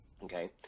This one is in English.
Okay